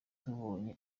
tubonye